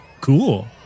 cool